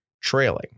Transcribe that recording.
trailing